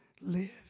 live